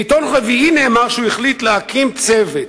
בעיתון רביעי נאמר שהוא החליט להקים צוות.